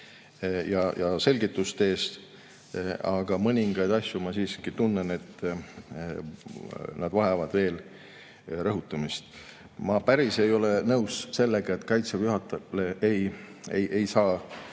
ja selgituste eest! Aga mõningad asjad, ma siiski tunnen, vajavad veel rõhutamist. Ma päris ei ole nõus sellega, et Kaitseväe juhatajale ei saa